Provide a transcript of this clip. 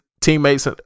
teammates